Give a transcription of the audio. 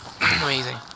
Amazing